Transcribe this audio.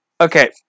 Okay